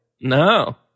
No